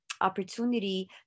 opportunity